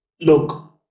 look